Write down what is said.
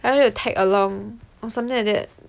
I need to tag along or something like that